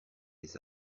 les